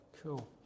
Cool